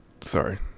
sorry